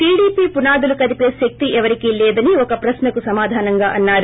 టీడీపీపునాదులు కదిపే శక్తి ఎవరికి లేదని ఒక ప్రశ్నకు సమాధానం గా అన్నారు